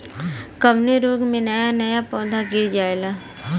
कवने रोग में नया नया पौधा गिर जयेला?